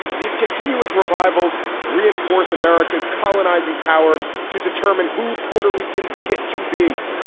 these continuous revivals reinforce america's colonizing power to determine who puerto ricans get to be.